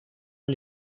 est